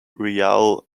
dialect